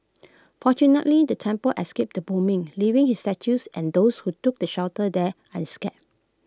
fortunately the temple escaped the bombings leaving his statues and those who took shelter there unscathed